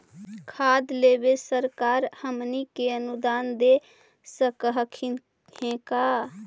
खाद लेबे सरकार हमनी के अनुदान दे सकखिन हे का?